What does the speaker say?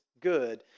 good